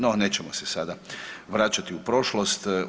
No nećemo se sada vraćati u prošlost.